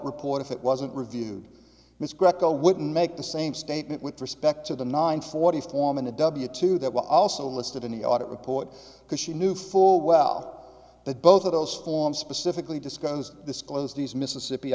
report if it wasn't reviewed miss greco wouldn't make the same statement with respect to the nine forty four minute w two that were also listed in the audit report because she knew full well that both of those forms specifically discussions disclosed these mississippi